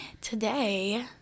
Today